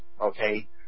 Okay